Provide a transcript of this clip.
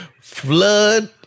flood